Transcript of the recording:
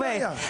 אין בעיה.